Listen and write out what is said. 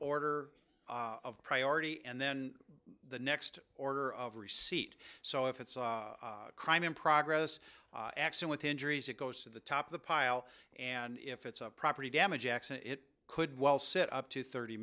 order of priority and then the next order of receipt so if it's a crime in progress action with injuries it goes to the top of the pile and if it's a property damage accident it could well set up to thirty